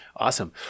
Awesome